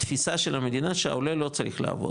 התפיסה של המדינה שהעולה לא צריך לעבוד